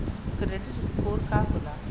Credit score का होला?